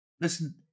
Listen